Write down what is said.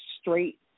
straight